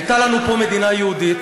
הייתה לנו פה מדינה יהודית,